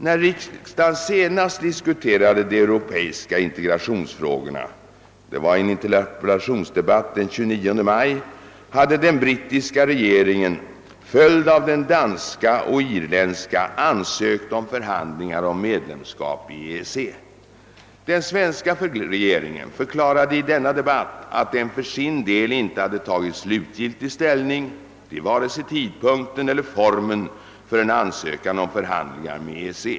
När riksdagen senast diskuterade de europeiska integrationsfrågorna — det var i en interpellationsdebatt den 29 maj — hade den brittiska regeringen, följd av den danska och irländska, ansökt om förhandlingar om medlemskap i EEC. Den svenska regeringen förklarade i denna debatt att den för sin del inte hade tagit slutgiltig ställning till vare sig tidpunkten eller formen för en ansökan om förhandlingar med EEC.